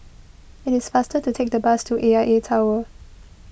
it is faster to take the bus to A I A Tower